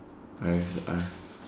alright alright